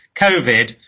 COVID